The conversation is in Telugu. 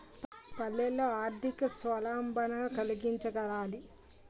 పల్లెల్లో ఆర్థిక స్వావలంబన కలిగించగలగాలి